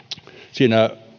siinä